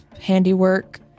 handiwork